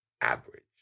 average